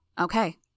Okay